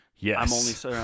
Yes